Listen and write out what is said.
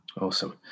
Awesome